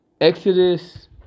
Exodus